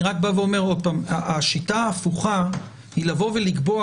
אבל אני רק בא ואומר עוד פעם: השיטה ההפוכה היא לבוא ולקבוע,